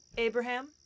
Abraham